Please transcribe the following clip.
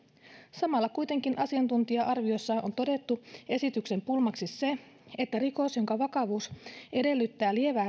samalla kuitenkin asiantuntija arvioissa on todettu esityksen pulmaksi se että rikos jonka vakavuus edellyttää lievää